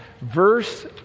verse